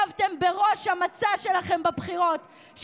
שאותה הצבתם בראש המצע שלכם בבחירות,